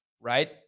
right